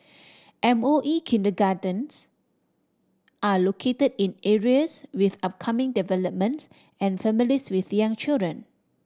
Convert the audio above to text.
M O E kindergartens are located in areas with upcoming developments and families with young children